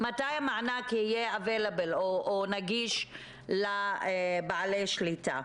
מתי המענק יהיה נגיש לבעלי שליטה?